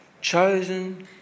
chosen